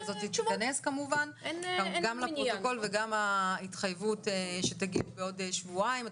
תיכנס כמובן גם לפרוטוקול וגם ההתחייבות שתגידו בעוד שבועיים.